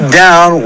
down